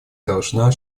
должна